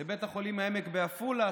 לבית חולים העמק בעפולה,